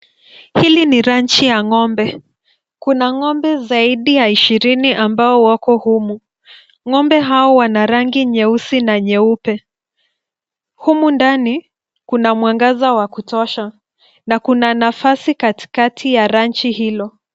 Hili ni ranchi ya ng'ombe, kuna ng'ombe zaidi ya ishirini ambao wako humu. Ng'ombe hawa wana rangi ya jeusi na nyeupe . Humu ndani kuna mwangaza wa kutosha na kuna nafasi katikati ya ranchi hilo.